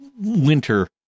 winter